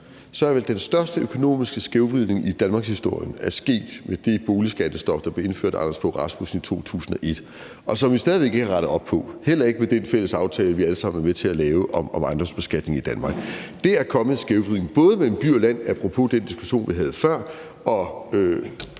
er den største økonomiske skævvridning i danmarkshistorien sket ved det boligskattestop, der blev indført af Anders Fogh Rasmussen i 2001, og som vi stadig væk ikke har rettet op på, heller ikke med den fælles aftale, vi alle sammen har været med til at lave om ejendomsbeskatningen i Danmark. Der er kommet en skævvridning mellem by og land, apropos den diskussion, vi havde før, og